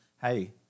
hey